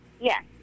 Yes